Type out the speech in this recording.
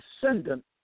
descendant